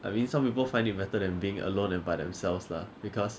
I mean some people find it better than being alone and by themselves lah because